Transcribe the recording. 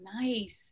nice